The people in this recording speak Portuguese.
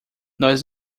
nós